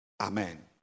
Amen